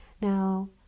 Now